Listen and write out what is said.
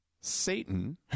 Satan